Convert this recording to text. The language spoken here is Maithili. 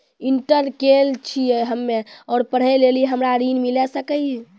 इंटर केल छी हम्मे और पढ़े लेली हमरा ऋण मिल सकाई?